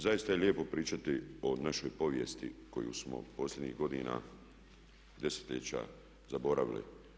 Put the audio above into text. Zaista je lijepo pričati o našoj povijesti koju smo posljednjih godina, desetljeća zaboravili.